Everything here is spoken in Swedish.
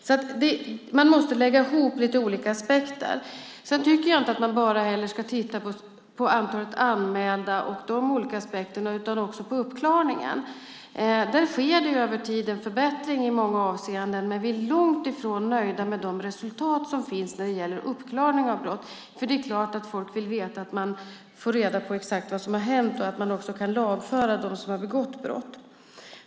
Man måste alltså lägga ihop lite olika aspekter. Jag tycker inte heller att man bara ska titta på antalet anmälda, och sådana aspekter, utan också på uppklaringen. Där sker det i många avseenden en förbättring över tid, men vi är långt ifrån nöjda med de resultat som finns när det gäller uppklaring av brott. Det är klart att folk vill veta att man får reda på exakt vad som hänt och att man också kan lagföra dem som begått brott.